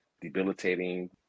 debilitating